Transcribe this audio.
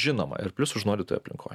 žinoma ir plius užnuodytoj aplinkoj